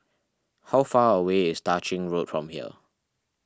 how far away is Tah Ching Road from here